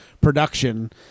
production